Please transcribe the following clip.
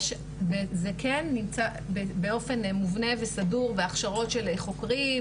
זה כן נמצא באופן מובנה וסדור בהכשרות של חוקרים,